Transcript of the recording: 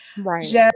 Right